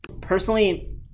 Personally